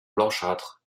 blanchâtres